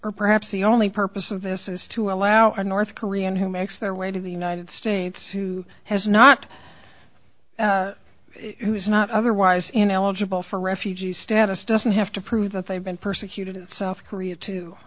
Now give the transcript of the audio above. or perhaps the only purpose of this is to allow a north korean who makes their way to the united states who has not who is not otherwise ineligible for refugee status doesn't have to prove that they've been persecuted in south korea